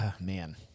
man